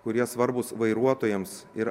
kurie svarbūs vairuotojams ir